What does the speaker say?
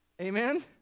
Amen